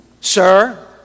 Sir